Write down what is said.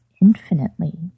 infinitely